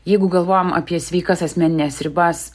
jeigu galvojam apie sveikas asmenines ribas